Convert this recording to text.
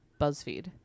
Buzzfeed